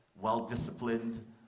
well-disciplined